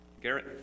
Garrett